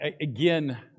Again